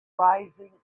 rising